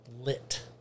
Lit